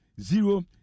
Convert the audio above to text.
zero